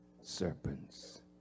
serpents